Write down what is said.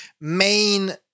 main